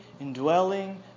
indwelling